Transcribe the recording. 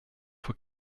for